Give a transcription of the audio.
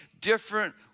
different